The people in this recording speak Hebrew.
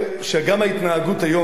שגם ההתנהגות היום,